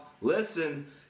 listen